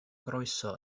groeso